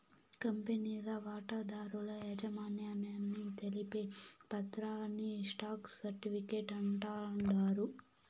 కంపెనీల వాటాదారుల యాజమాన్యాన్ని తెలిపే పత్రాని స్టాక్ సర్టిఫీకేట్ అంటాండారు